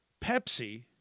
Pepsi